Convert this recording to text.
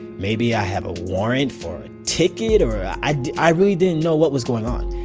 maybe i have a warrant for a ticket or i i really didn't know what was going on.